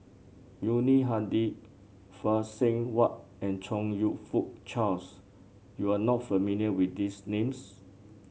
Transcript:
Yuni Hadi Phay Seng Whatt and Chong You Fook Charles you are not familiar with these names